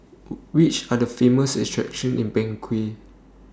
Which Are The Famous attractions in Bangui